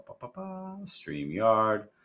StreamYard